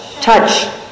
Touch